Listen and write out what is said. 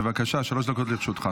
בבקשה, שלוש דקות לרשותך.